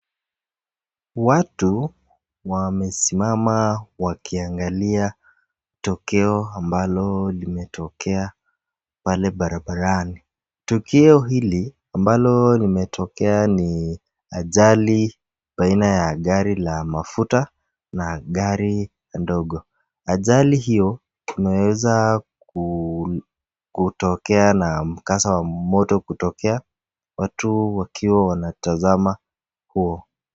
Watu wamesimama wakiagilia tokeo ambalo limetokea pale barabarani , tokeo hili ambalo limetokea ni ajali baina ya gari ya mafuta na gari ndogo, ajali hiyo tunaeza kutokea na mkazo ya moto kutokea watu wakiwa wanatasama huo.